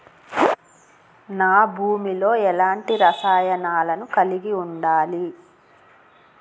నా భూమి లో ఎలాంటి రసాయనాలను కలిగి ఉండాలి?